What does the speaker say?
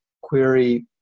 query